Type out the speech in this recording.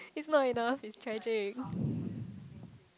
it's not enough it's tragic